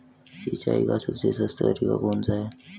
सिंचाई का सबसे सस्ता तरीका कौन सा है?